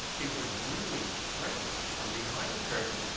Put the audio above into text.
it was really strange. i'm behind the curtain,